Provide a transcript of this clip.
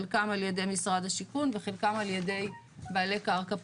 חלקם על ידי משרד השיכון וחלקם ע"י בעלי קרקע פרטיים.